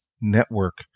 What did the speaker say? Network